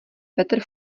petr